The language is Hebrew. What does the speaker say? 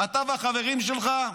אתה והחברים שלך?